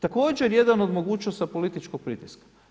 Također jedan od mogućnosti političkog pritiska.